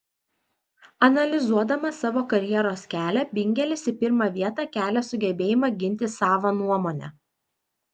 analizuodamas savo karjeros kelią bingelis į pirmą vietą kelia sugebėjimą ginti savą nuomonę